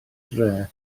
dref